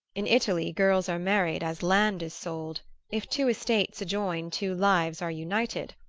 in italy girls are married as land is sold if two estates adjoin two lives are united.